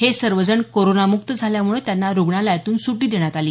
हे सर्व जण कोरोनामुक्त झाल्यामुळे त्यांना रुग्णालयातून सुटी देण्यात आली